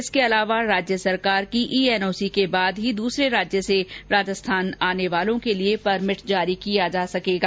इसके अलावा राज्य सरकार की ई एनओसी के बाद ही दूसरे राज्य से राजस्थान आने वालों के लिए परमिट जारी किया जा सकेगा